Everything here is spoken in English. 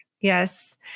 yes